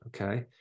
okay